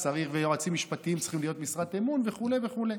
ויועצים משפטיים צריכים להיות משרת אמון וכו' וכו'